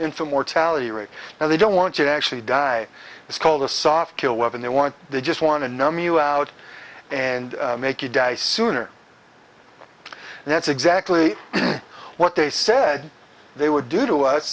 infant mortality rate and they don't want to actually die it's called a soft kill weapon they want they just want to numb you out and make you die sooner and that's exactly what they said they would do to us